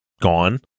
gone